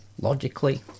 logically